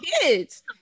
Kids